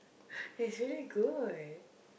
he's really good